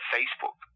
Facebook